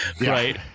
Right